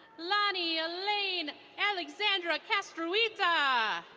lonnie elaine alexandra castruisa.